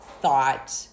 thought